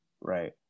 Right